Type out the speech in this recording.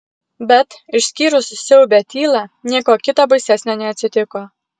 bet išskyrus siaubią tylą nieko kita baisesnio neatsitiko